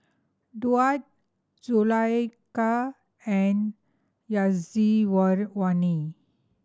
Daud Zulaikha and